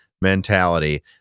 mentality